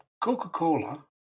Coca-Cola